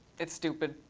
it's stupid.